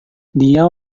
dia